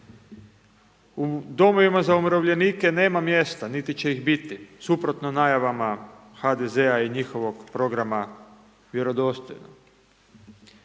U domovima za umirovljenike nema mjesta, niti će ih biti, suprotno najavama HDZ-a i njihovog programa Vjerodostojno.